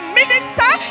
minister